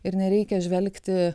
ir nereikia žvelgti